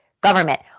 government